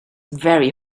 very